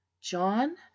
John